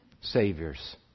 saviors